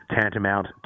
tantamount